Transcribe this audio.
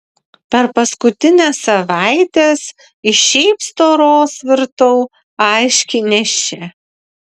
per paskutines savaites iš šiaip storos virtau aiškiai nėščia